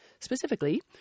Specifically